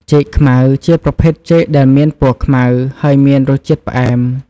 ចេកខ្មៅ ជាប្រភេទចេកដែលមានពណ៌ខ្មៅ ហើយមានរសជាតិផ្អែម។